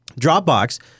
Dropbox